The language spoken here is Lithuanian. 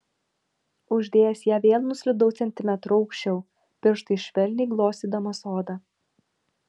uždėjęs ją vėl nuslydau centimetru aukščiau pirštais švelniai glostydamas odą